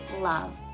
love